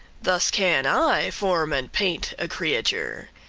thus can i form and paint a creature,